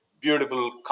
beautiful